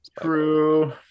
true